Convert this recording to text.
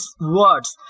words